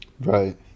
right